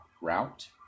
route